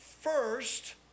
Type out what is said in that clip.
first